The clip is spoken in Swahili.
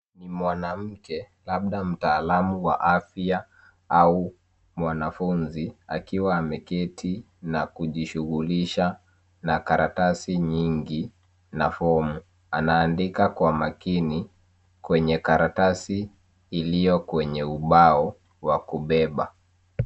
Mwanamke, labda mtaalum wa afya, au mwanafunzi, akiwa ameketi na kujishughulisha na karatasi nyingi, na fomu, anaandika kwa makini, kwenye karatasi ilio kwenye ubao, wa kubeba.